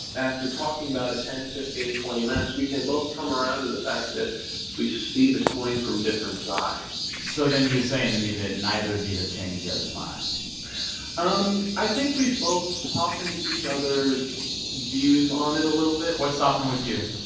after talking about it ten, fifteen, twenty minutes, we can both come around to the fact that we see the coin from different sides so then you're saying to me that neither of you have changed the other's mind um i think we've both softened each other's views on it a little bit what softened with you?